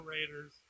Raiders